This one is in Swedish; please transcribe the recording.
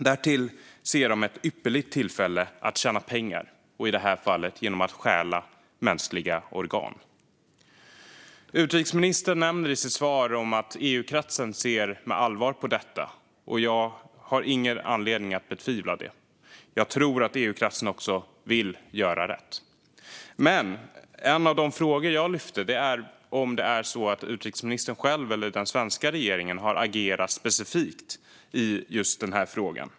Därtill ser de ett ypperligt tillfälle att tjäna pengar, i det här fallet genom att stjäla mänskliga organ. Utrikesministern nämner i sitt svar att EU-kretsen ser med allvar på detta. Jag har ingen anledning att betvivla det. Jag tror att EU-kretsen också vill göra rätt. Men en av de frågor jag ställde är om det är så att utrikesministern själv eller den svenska regeringen har agerat specifikt i just den här frågan.